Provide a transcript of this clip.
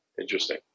interesting